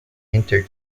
enter